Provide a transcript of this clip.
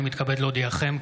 אני מתכבד להודיעכם,